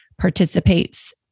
participates